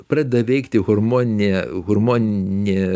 pradeda veikti hormoninė hormoninė